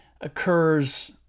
occurs